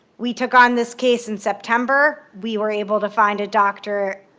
we took on this case in september. we were able to find a doctor